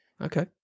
Okay